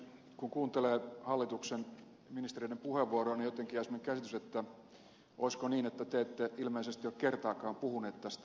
kun kuuntelee hallituksen ministereiden puheenvuoroja niin jotenkin jää semmoinen käsitys että olisiko niin että te ette ilmeisesti ole kertaakaan puhuneet tästä asiasta keskenänne